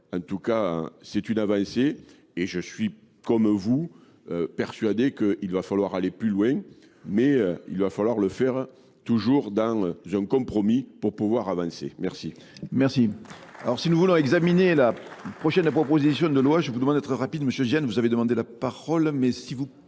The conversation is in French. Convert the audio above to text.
En tout cas, c'est une avancée et je suis, comme vous, persuadé qu'il va falloir aller plus loin, mais il va falloir le faire toujours dans un compromis pour pouvoir avancer. Merci. Merci. Alors Alors si nous voulons examiner la prochaine proposition de loi, je vous demande d'être rapide, monsieur Jeanne, vous avez demandé la parole,